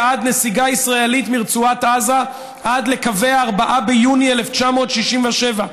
בעד נסיגה ישראלית מרצועת עזה עד לקווי 4 ביוני 1967,